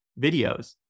videos